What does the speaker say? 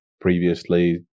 previously